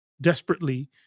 desperately